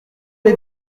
les